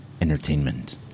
entertainment